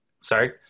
sorry